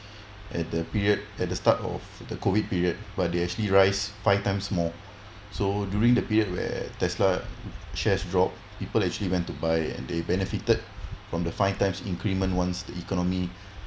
at the period at the start of the COVID period but they actually rise five times more so during the period where Tesla shares drop people actually went to buy and they benefited from the five times increment once the economy